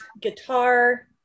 guitar